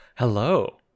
hello